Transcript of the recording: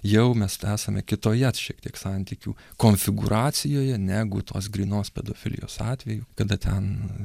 jau mes esame kitoje šiek tiek santykių konfigūracijoje negu tos grynos pedofilijos atvejų kada ten